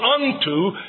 unto